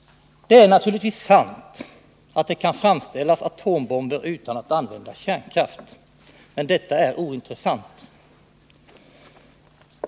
Naturligtvis är det sant att det kan framställas atombomber utan användning av kärnkraft, men detta är ointressant.